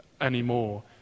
anymore